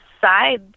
side